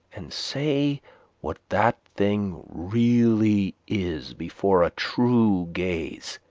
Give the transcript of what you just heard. and say what that thing really is before a true gaze,